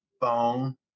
Phone